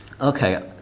Okay